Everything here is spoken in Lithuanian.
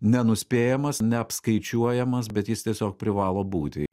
nenuspėjamas neapskaičiuojamas bet jis tiesiog privalo būti